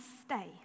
stay